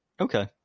Okay